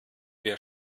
wir